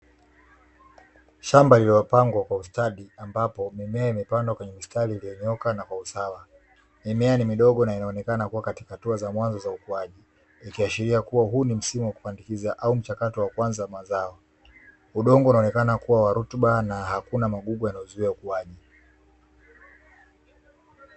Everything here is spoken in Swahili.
Shamba liliopangwa kwa ustadi ambapo mimea imepandwa kwenye mistari iliyonyooka na kwa usawa. Mimea ni midogo na inaonekana kuwa katika hatua za mwanzo za ukuaji, ikiashiria kuwa huu ni msimu wa kupandikiza au mchakato wa kwanza wa mazao. Udongo unaoneka ni wa rutuba na hakuna magugu yanayozuia ukuaji.